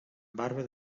barba